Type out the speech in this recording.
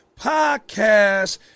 Podcast